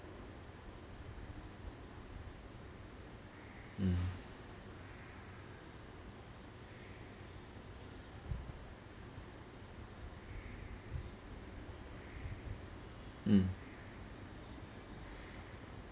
mm mm